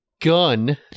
Gun